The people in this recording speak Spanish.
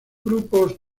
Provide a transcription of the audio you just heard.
grupos